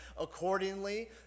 accordingly